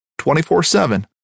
24-7